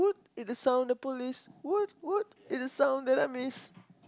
is the sound of police what what is the sound of police